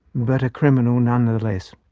but a criminal nonetheless.